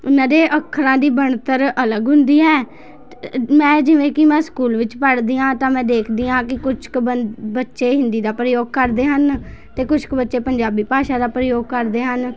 ਉਹਨਾਂ ਦੇ ਅੱਖਰਾਂ ਦੀ ਬਣਤਰ ਅਲੱਗ ਹੁੰਦੀ ਹੈ ਮੈਂ ਜਿਵੇਂ ਕਿ ਮੈਂ ਸਕੂਲ ਵਿੱਚ ਪੜ੍ਹਦੀ ਹਾਂ ਤਾਂ ਮੈਂ ਦੇਖਦੀ ਹਾਂ ਕਿ ਕੁਛ ਕੁ ਬੰ ਬੱਚੇ ਹਿੰਦੀ ਦਾ ਪ੍ਰਯੋਗ ਕਰਦੇ ਹਨ ਅਤੇ ਕੁਛ ਕੁ ਬੱਚੇ ਪੰਜਾਬੀ ਭਾਸ਼ਾ ਦਾ ਪ੍ਰਯੋਗ ਕਰਦੇ ਹਨ